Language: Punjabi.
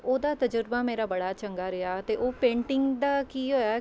ਉਹਦਾ ਤਜ਼ਰਬਾ ਮੇਰਾ ਬੜਾ ਚੰਗਾ ਰਿਹਾ ਅਤੇ ਉਹ ਪੇਂਟਿੰਗ ਦਾ ਕੀ ਹੋਇਆ